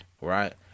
right